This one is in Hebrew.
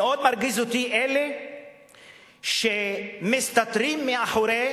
מרגיזים אותי אלה שמסתתרים מאחורי